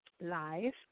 live